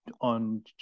on